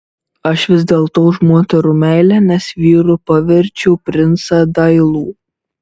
aš vis dėlto už moterų meilę nes vyru paverčiau princą dailų